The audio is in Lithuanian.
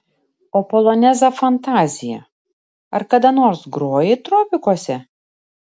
o polonezą fantaziją ar kada nors grojai tropikuose